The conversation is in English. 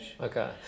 Okay